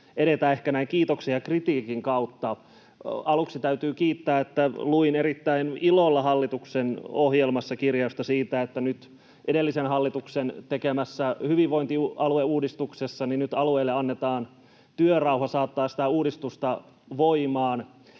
edetä ehkä näin kiitoksen ja kritiikin kautta. Aluksi täytyy kiittää, koska luin erittäin ilolla hallituksen ohjelmassa kirjausta siitä, että edellisen hallituksen tekemässä hyvinvointialueuudistuksessa alueille annetaan nyt työrauha saattaa sitä uudistusta voimaan.